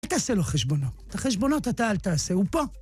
אל תעשה לו חשבונות, את החשבונות אתה אל תעשה. הוא פה!